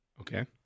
Okay